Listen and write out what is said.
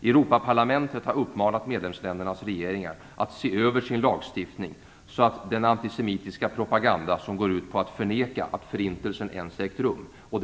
Europaparlamentet har uppmanat medlemsländernas regeringar att se över sin lagstiftning så att den antisemitiska propaganda som går ut på att förneka att Förintelsen ens ägt rum behandlas lika överallt.